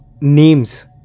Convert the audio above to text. names